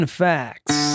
facts